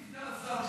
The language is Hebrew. אדוני סגן השר,